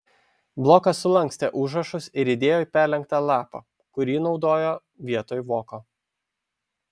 blokas sulankstė užrašus ir įdėjo į perlenktą lapą kurį naudojo vietoj voko